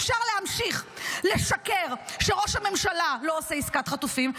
אפשר להמשיך לשקר שראש הממשלה לא עושה עסקת חטופים,